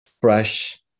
fresh